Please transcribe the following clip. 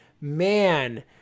man